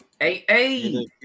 hey